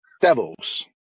devils